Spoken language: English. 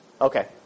okay